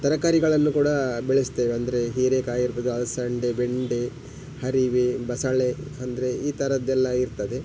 ತರಕಾರಿಗಳನ್ನು ಕೂಡಾ ಬೆಳೆಸ್ತೇವೆ ಅಂದರೆ ಹೀರೆಕಾಯಿ ಇರ್ಬೋದು ಅಲಸಂಡೆ ಬೆಂಡೆ ಹರಿವೆ ಬಸಳೆ ಅಂದರೆ ಈ ಥರದ್ದೆಲ್ಲಾ ಇರ್ತದೆ